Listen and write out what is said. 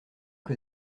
que